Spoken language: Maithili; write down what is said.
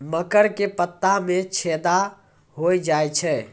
मकर के पत्ता मां छेदा हो जाए छै?